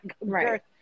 right